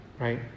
right